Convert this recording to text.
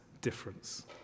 difference